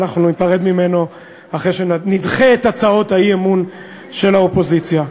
ואנחנו ניפרד ממנו אחרי שנדחה את הצעות האי-אמון של האופוזיציה.